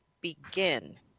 begin